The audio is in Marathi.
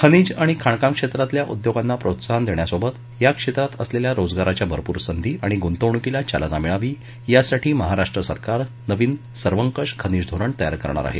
खनिज आणि खाणकाम क्षेत्रातल्या उद्योगांना प्रोत्साहन देण्यासोबत या क्षेत्रात असलेल्या रोजगाराच्या भरपूर संधी आणि गुंतवणुकीला चालना मिळावी यासाठी महाराष्ट्र सरकार नवीन सर्वंकष खनिज धोरण तयार करणार आहे